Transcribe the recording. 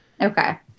Okay